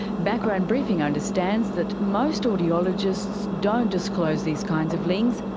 background briefing understands that most audiologists don't disclose these kinds of links,